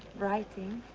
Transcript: writing.